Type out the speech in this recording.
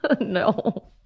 No